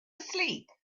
asleep